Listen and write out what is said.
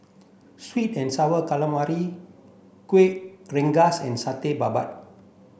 sweet and sour calamari Kueh Rengas and Satay Babat